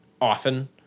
often